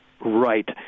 Right